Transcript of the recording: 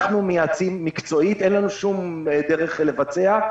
אנחנו מייעצים מקצועית, אין לנו שום דרך לבצע.